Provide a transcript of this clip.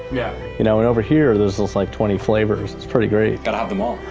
yeah. you know? and over here there's just, like twenty flavors. it's pretty great. gotta have them all.